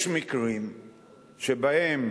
יש מקרים שבהם